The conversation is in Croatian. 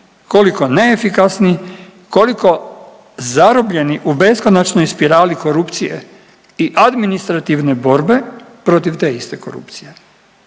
koliko neefikasni, koliko zarobljeni u beskonačnoj spirali korupcije i administrativne borbe protiv te iste korupcije